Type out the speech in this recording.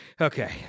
Okay